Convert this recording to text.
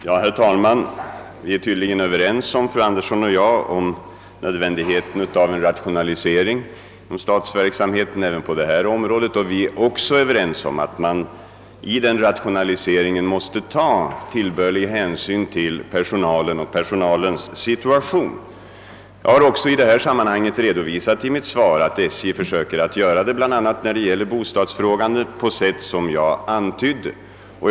Herr talman! Fröken Anderson i Lerum och jag är tydligen överens om nödvändigheten av en rationalisering av statsverksamheten även på detta område, och vi är också överens om att man i denna rationalisering måste ta vederbörlig hänsyn till personalens situation. Jag har även redovisat i mitt svar att SJ försöker att göra detta bl.a. på det sätt som jag antydde när det gäller bostadsfrågan.